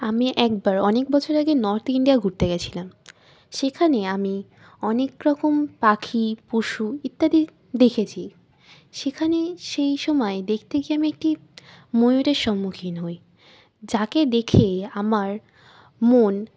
আমি একবার অনেক বছর আগে নর্থ ইন্ডিয়া ঘুরতে গিয়েছিলাম সেখানে আমি অনেক রকম পাখি পশু ইত্যাদি দেখেছি সেখানে সেই সময় দেখতে গিয়ে আমি একটি ময়ূরের সম্মুখীন হই যাকে দেখে আমার মন